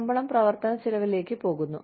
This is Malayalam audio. ശമ്പളം പ്രവർത്തന ചെലവിലേക്ക് പോകുന്നു